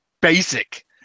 basic